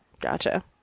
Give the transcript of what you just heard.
Gotcha